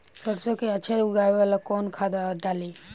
सरसो के अच्छा उगावेला कवन खाद्य डाली?